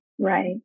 Right